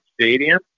Stadium